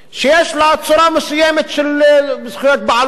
שיש לה צורה מסוימת של זכויות בעלות,